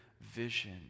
vision